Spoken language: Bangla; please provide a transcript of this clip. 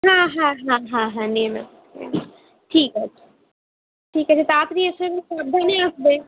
হ্যাঁ হ্যাঁ হ্যাঁ হ্যাঁ হ্যাঁ নিয়ে নেব নিয়ে নেব ঠিক আছে ঠিক আছে তাড়াতাড়ি এসো এবং সাবধানে আসবে